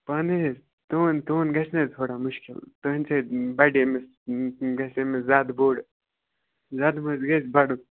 پانَے حظ تُہُنٛد تُہُنٛد گژھِ نہٕ حظ تھوڑا مُشکِل تُہٕنٛدِ سٍتۍ بَڈِ أمِس گژھِ أمِس زیادٕ بوٚڈ زیادٕ مہٕ حظ گژھِ بَڈُن